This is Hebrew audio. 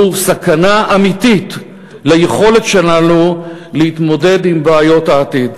סכנה אמיתית ליכולת שלנו להתמודד עם בעיות העתיד.